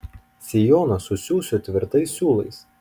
sijoną susiųsiu tvirtais siūlais